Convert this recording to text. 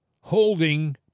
holding